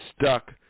stuck